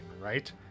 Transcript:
right